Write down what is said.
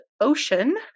Ocean